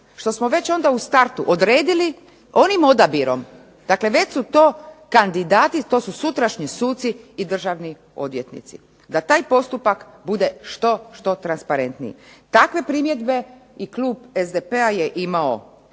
što smo već onda u startu odredili onim odabirom, dakle već su to kandidati, to su sutrašnji suci i državni odvjetnici, da taj postupak bude što transparentniji. Takve primjedbe i klub SDP-a je imao